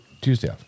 Tuesday